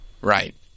Right